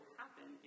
happen